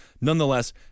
Nonetheless